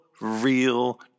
real